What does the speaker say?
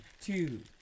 two